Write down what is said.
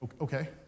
Okay